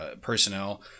personnel